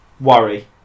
worry